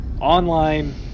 online